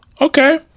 Okay